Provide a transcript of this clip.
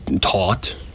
taught